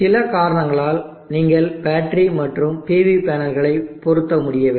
சில காரணங்களால் நீங்கள் பேட்டரி மற்றும் PV பேனல்களை பொருத்த முடியவில்லை